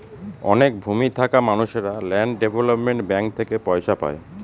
অনেক ভূমি থাকা মানুষেরা ল্যান্ড ডেভেলপমেন্ট ব্যাঙ্ক থেকে পয়সা পায়